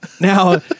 Now